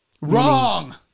Wrong